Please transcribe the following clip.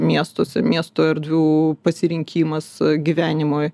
miestuose miesto erdvių pasirinkimas gyvenimui